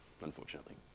unfortunately